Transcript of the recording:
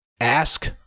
ask